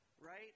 Right